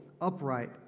upright